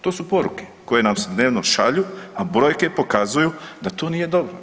To su poruke koje nam se dnevno šalju, a brojke pokazuju da to nije dobro.